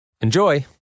Enjoy